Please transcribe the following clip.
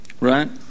Right